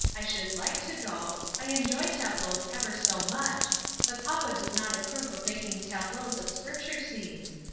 i should like to go i enjoy tableaux ever so much but papa does not approve of making tableaux of scripture scenes.